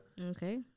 Okay